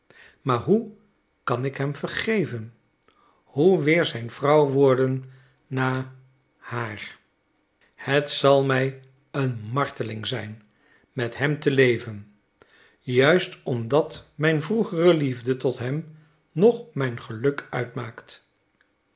maar hoe kan ik hem vergeven hoe weer zijn vrouw worden na haar het zal mij een marteling zijn met hem te leven juist omdat mijn vroegere liefde tot hem nog mijn geluk uitmaakt